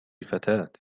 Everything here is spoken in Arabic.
فتاة